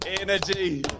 Energy